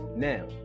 Now